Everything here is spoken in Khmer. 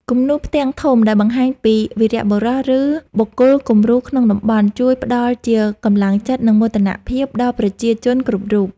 គំនូរផ្ទាំងធំ ដែលបង្ហាញពីវីរបុរស ឬបុគ្គលគំរូក្នុងតំបន់ ជួយផ្ដល់ជាកម្លាំងចិត្ត និងមោទនភាពដល់ប្រជាជនគ្រប់រូប។